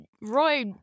Roy